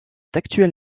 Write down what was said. actuel